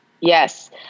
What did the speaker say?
Yes